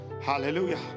Hallelujah